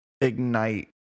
ignite